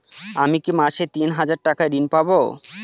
আমি কি মাসে তিন হাজার টাকার ঋণ পাবো?